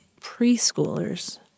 preschoolers